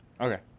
okay